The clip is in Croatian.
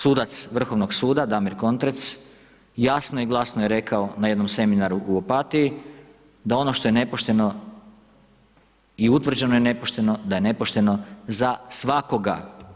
Sudac Vrhovnog suda Damir Kontrec jasno i glasno je rekao na jednom seminaru u Opatiji da ono što je nepošteno i utvrđeno je nepošteno da je nepošteno za svakoga.